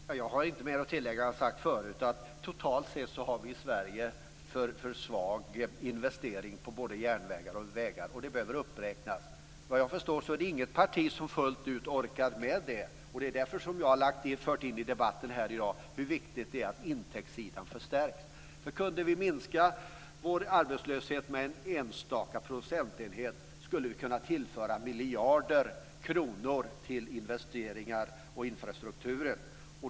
Fru talman! Jag har inte mer att tillägga. Jag har tidigare sagt att vi i Sverige totalt sett har för svaga investeringar både på järnvägar och på vägar. Detta behöver uppräknas. Såvitt jag förstår är det inget parti som fullt ut orkar med det. Det är därför som jag i debatten här i dag har sagt hur viktigt det är att intäktssidan förstärks. Om vi kunde minska vår arbetslöshet med en enstaka procentenhet skulle vi kunna tillföra miljarder kronor till investeringar i infrastrukturen.